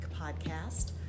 podcast